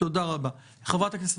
אין